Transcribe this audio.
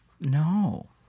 no